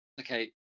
okay